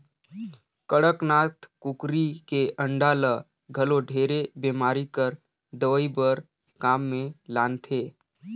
कड़कनाथ कुकरी के अंडा ल घलो ढेरे बेमारी कर दवई बर काम मे लानथे